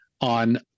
on